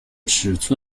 尺寸